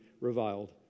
reviled